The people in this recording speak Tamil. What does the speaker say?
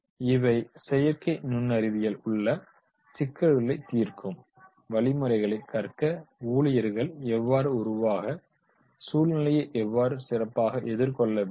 இவை செயற்கை நுண்ணறிவில் உள்ள சிக்கல்களை தீர்க்கும் வழிமுறைகளை கற்க ஊழியர்கள் எவ்வாறு உருவாக சூழ்நிலையை எவ்வாறு சிறப்பாக எதிர்கொள்ள வேண்டும்